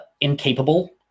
incapable